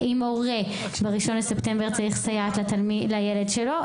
אם הורה ב-1 בספטמבר צריך סייעת לילד שלו,